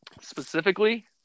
specifically